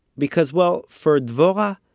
because, well, for dvorah,